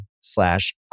slash